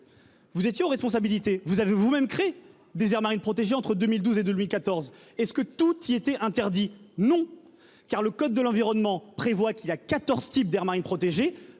Vous étiez aux responsabilités. Vous avez vous même créer des aires marines protégées entre 2012, et de Louis XIV. Est-ce que tout y était interdit non car le code de l'environnement prévoit qu'il y a 14 type d'aires marines protégées